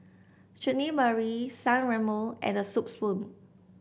Chutney Mary San Remo and The Soup Spoon